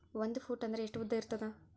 ಒಂದು ಫೂಟ್ ಅಂದ್ರೆ ಎಷ್ಟು ಉದ್ದ ಇರುತ್ತದ?